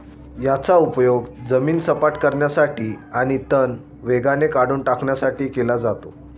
याचा उपयोग जमीन सपाट करण्यासाठी आणि तण वेगाने काढून टाकण्यासाठी केला जातो